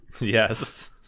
Yes